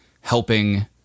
helping